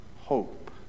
hope